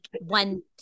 one